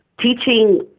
teaching